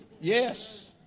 Yes